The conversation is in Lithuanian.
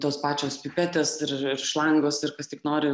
tos pačios pipetės ir ir šlangos ir kas tik nori